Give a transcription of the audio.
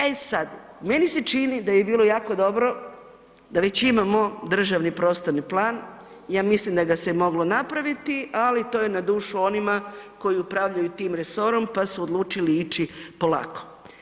E sad, meni se čini da bi bilo jako dobro da već imamo državni prostorni plan, ja mislim da ga se moglo napraviti, ali to je na dušu onima koji upravljaju tim resorom pa ću odlučili ići polako.